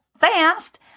fast